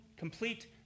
complete